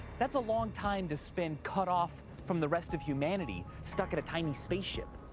that's a long time to spend cut off from the rest of humanity stuck in a tiny spaceship.